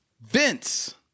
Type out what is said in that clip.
Vince